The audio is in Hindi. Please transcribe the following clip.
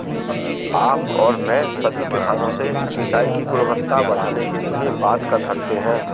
आप और मैं सभी किसानों से सिंचाई की गुणवत्ता बढ़ाने के लिए बात कर सकते हैं